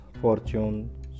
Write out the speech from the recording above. fortune